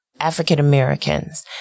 African-Americans